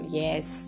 yes